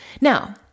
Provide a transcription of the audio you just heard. Now